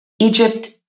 Egypt